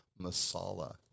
Masala